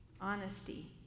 Honesty